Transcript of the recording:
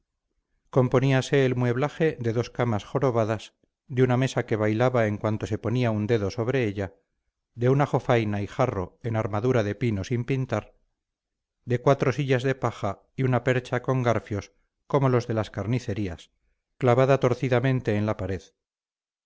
componíase el mueblaje de dos camas jorobadas de una mesa que bailaba en cuanto se ponía un dedo sobre ella de una jofaina y jarro en armadura de pino sin pintar de cuatro sillas de paja y una percha con garfios como los de las carnicerías clavada torcidamente en la pared